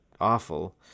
awful